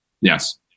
Yes